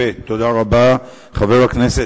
כדי להקל על מצוקת